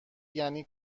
یعنی